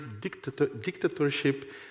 dictatorship